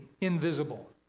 invisible